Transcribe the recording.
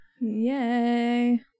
Yay